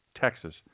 Texas